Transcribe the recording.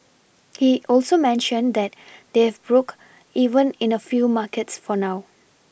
he also mentioned that they've broke even in a few markets for now